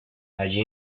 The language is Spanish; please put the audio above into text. allí